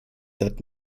that